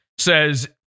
Says